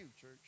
church